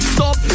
Stop